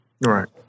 Right